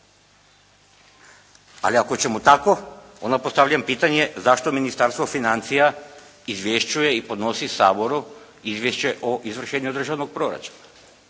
Ali ako ćemo tako, onda postavljam pitanje zašto Ministarstvo financija izvješćuje i podnosi Saboru izvješće o izvršenju državnog proračuna